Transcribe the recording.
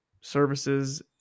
services